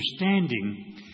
understanding